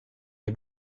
les